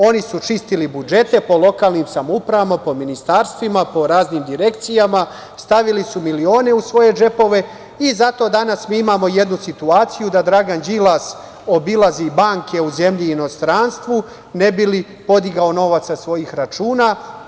Oni su čistili budžete po lokalnim samouprava, po ministarstvima, raznim direkcijama, stavili su milione u svoje džepove i zato danas mi imamo jednu situaciju da Dragan Đilas obilazi banke u zemlji i inostranstvu ne bi li podigao novac sa svojih računa.